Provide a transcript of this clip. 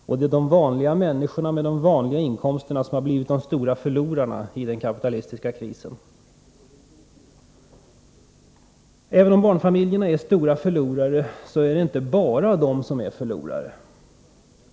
Och det är de vanliga människorna med de vanliga inkomsterna som har blivit de stora förlorarna i den kapitalistiska krisen. Även om barnfamiljerna är stora förlorare, är det inte bara de som är förlorare.